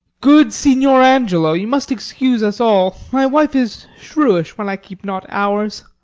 good signior angelo, you must excuse us all my wife is shrewish when i keep not hours.